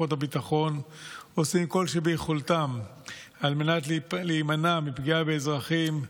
כוחות הביטחון עושים ככל שביכולתם להימנע מפגיעה באזרחים.